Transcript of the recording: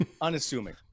unassuming